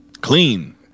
clean